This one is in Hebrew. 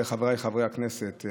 חבריי חברי הכנסת,